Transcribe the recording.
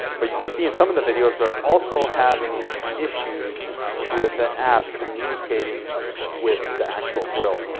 but you can see in some of the videos they're also having issues with the app communicating with the actual grill.